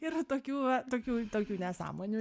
yra tokių tokių tokių nesąmonių